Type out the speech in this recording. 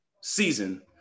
season